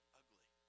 ugly